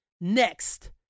next